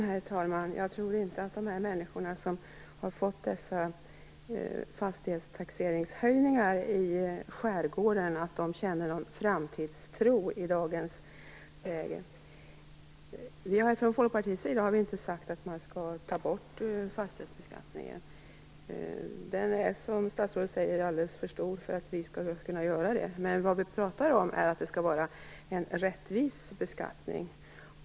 Herr talman! Jag tror inte att de som fått aktuella fastighetstaxeringshöjningar i skärgården i dagens läge känner någon framtidstro. Vi i Folkpartiet har inte sagt att fastighetsbeskattningen skall tas bort. Den är, som statsrådet säger, alldeles för stor för att något sådant skulle kunna göras. Vad vi pratar om är att det skall vara en rättvis beskattning.